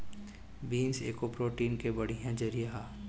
beans एगो protein के बढ़िया जरिया हवे